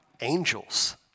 angels